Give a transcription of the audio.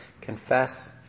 confess